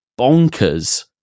bonkers